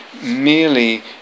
merely